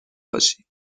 باشی